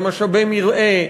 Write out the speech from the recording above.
על משאבי מרעה,